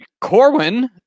Corwin